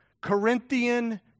Corinthian